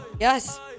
Yes